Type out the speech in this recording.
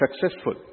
successful